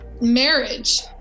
marriage